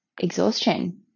exhaustion